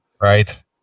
Right